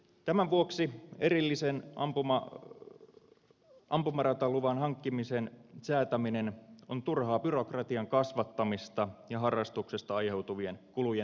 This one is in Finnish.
tämän vuoksi erillisen ampumarataluvan hankkimisen säätäminen on turhaa byrokratian kasvattamista ja harrastuksesta aiheutuvien kulujen lisäämistä